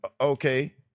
Okay